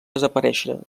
desaparèixer